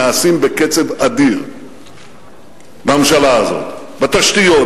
נעשים בקצב אדיר בממשלה הזאת: בתשתיות,